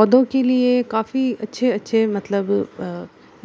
पौधों की लिए काफ़ी अच्छे अच्छे मतलब